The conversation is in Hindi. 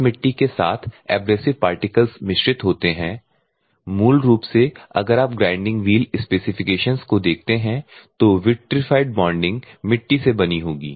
इस मिट्टी के साथ एब्रेसिव पार्टिकल्स मिश्रित होते हैंमूल रूप से अगर आप ग्राइंडिंग व्हील स्पेसिफिकेशन्स को देखते हैं तो विट्रिफाइड बॉन्डिंग मिट्टी से बनी होगी